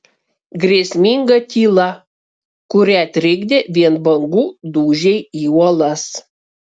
grėsminga tyla kurią trikdė vien bangų dūžiai į uolas